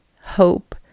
hope